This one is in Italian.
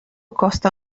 costa